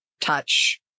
touch